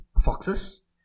foxes